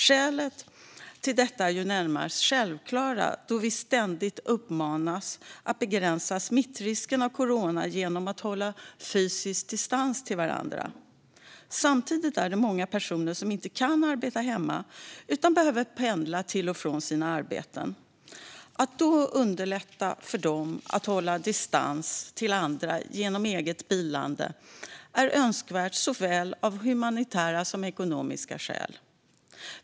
Skälen till detta är ju närmast självklara då vi ständigt uppmanas att begränsa risken att smittas av corona genom att hålla fysisk distans till varandra. Samtidigt kan många personer inte arbeta hemma utan behöver pendla till och från sina arbeten. Att då underlätta för dem att hålla distans till andra genom eget bilande är önskvärt av såväl humanitära som ekonomiska skäl.